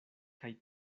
kaj